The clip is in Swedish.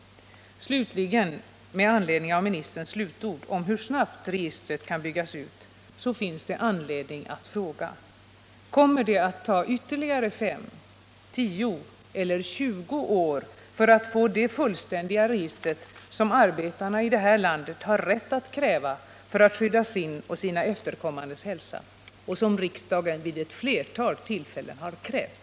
Slutligen, med anledning av ministerns slutord om hur snabbt registret kan byggas ut vill jag fråga: Kommer det att ta ytterligare 5, 10 eller 20 år för att man skall få det fullständiga register som arbetarna i det här landet har rätt att kräva för att skydda sin och sina efterkommandes hälsa och som riksdagen vid flera tillfällen har krävt?